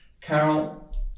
Carol